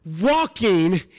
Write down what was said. walking